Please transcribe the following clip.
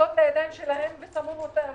משחקות לידיים שלהם ושמים אותן